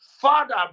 father